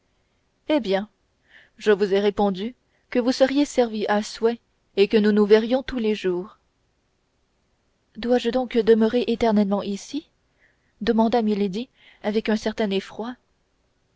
eh bien je vous ai répondu que vous seriez servie à souhait et que nous nous verrions tous les jours dois-je donc demeurer éternellement ici demanda milady avec un certain effroi